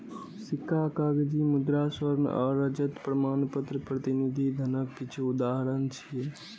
सिक्का, कागजी मुद्रा, स्वर्ण आ रजत प्रमाणपत्र प्रतिनिधि धनक किछु उदाहरण छियै